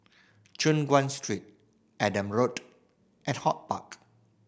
Choon Guan Street Andrew Road and HortPark